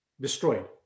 destroyed